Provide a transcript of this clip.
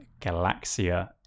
Galaxia